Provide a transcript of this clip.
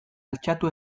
altxatu